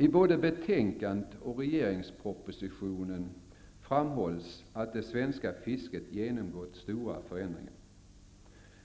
I både betänkandet och regeringspropositionen framhålls att det svenska fisket genomgått stora förändringar.